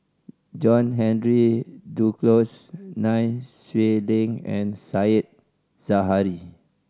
John Henry Duclos Nai Swee Leng and Said Zahari